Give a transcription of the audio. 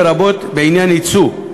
לרבות בעניין ייצוא,